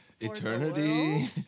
Eternity